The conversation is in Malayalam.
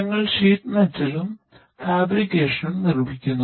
ഞങ്ങൾ ഷീറ്റ് മെറ്റലും നിർമ്മിക്കുന്നു